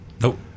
Nope